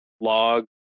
log